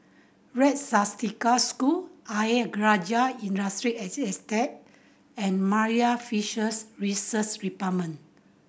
Red Swastika School Ayer Rajah Industrial Estate and Marine Fisheries Research Department